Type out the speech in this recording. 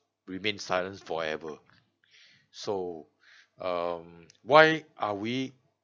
remain silent forever so um why are we